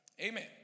amen